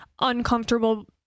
uncomfortable